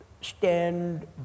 stand